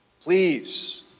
Please